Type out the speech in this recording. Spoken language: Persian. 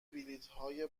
بلیطهای